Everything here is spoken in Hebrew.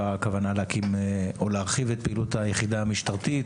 והכוונה להרחיב את פעילות היחידה המשטרתית,